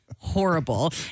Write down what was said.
Horrible